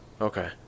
Okay